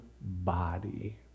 body